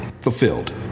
fulfilled